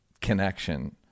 connection